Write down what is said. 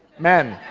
men,